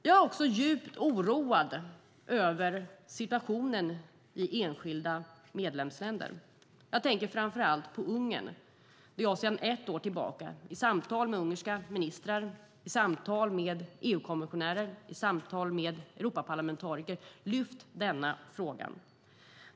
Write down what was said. Jag är också djupt oroad över situationen i enskilda medlemsländer. Jag tänker framför allt på Ungern. Sedan ett år tillbaka har jag i samtal med ungerska ministrar, EU-kommissionärer och Europaparlamentariker lyft denna fråga.